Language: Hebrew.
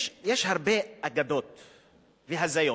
יש הרבה אגדות והזיות.